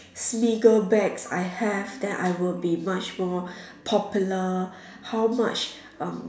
smiggle bags I have then I will be much more popular how much um